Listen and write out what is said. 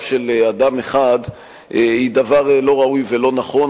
של אדם אחד הוא דבר לא ראוי ולא נכון.